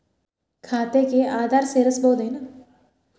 ಖಾತೆಗೆ ಆಧಾರ್ ಸೇರಿಸಬಹುದೇನೂ?